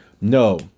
no